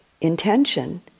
intention